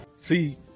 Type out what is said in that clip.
See